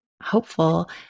hopeful